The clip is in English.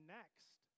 next